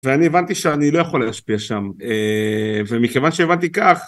ואני הבנתי שאני לא יכול להשפיע שם, ומכיוון שהבנתי כך...